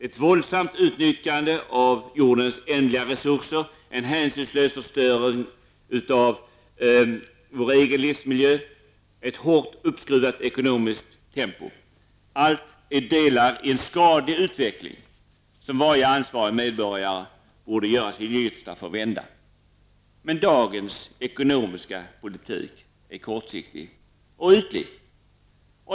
Ett våldsamt utnyttjande av jordens ändliga resurser, en hänsynslös förstöring av vår egen livsmiljö och ett hårt uppskruvat ekonomiskt tempo är delar i en skadlig utveckling som varje ansvarig medborgare borde göra sitt yttersta för att vända. Men dagens ekonomiska politik är kortsiktig och ytlig.